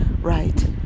right